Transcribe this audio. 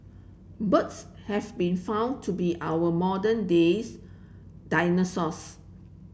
birds have been found to be our modern days dinosaurs